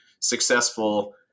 successful